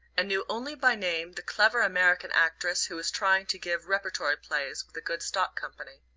and knew only by name the clever american actress who was trying to give repertory plays with a good stock company.